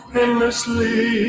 endlessly